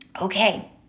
okay